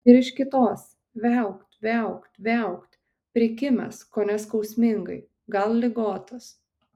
ir iš kitos viaukt viaukt viaukt prikimęs kone skausmingai gal ligotas